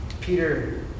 Peter